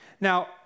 Now